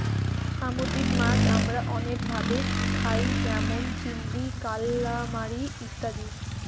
সামুদ্রিক মাছ আমরা অনেক ভাবে খাই যেমন চিংড়ি, কালামারী ইত্যাদি